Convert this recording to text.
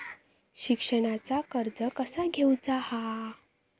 शिक्षणाचा कर्ज कसा घेऊचा हा?